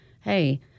hey